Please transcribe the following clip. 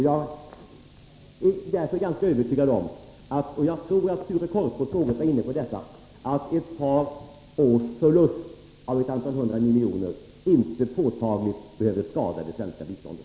Jag är ganska övertygad om — och jag tror att Sture Korpås något var inne på detta — att ett par års förlust av ett antal hundra miljoner inte påtagligt behöver skada det svenska biståndet.